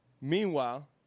Meanwhile